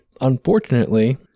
unfortunately